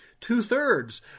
two-thirds